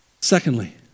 Secondly